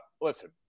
listen